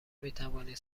میتوانید